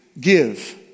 give